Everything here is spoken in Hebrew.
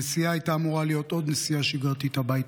הנסיעה הייתה אמורה להיות עוד נסיעה שגרתית הביתה.